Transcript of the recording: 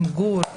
עם גור,